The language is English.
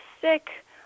sick